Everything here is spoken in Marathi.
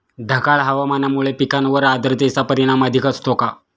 ढगाळ हवामानामुळे पिकांवर आर्द्रतेचे परिणाम अधिक असतो का?